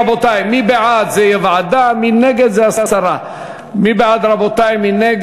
רבותי, מי שבעד, זה יהיה ועדה, מי שנגד,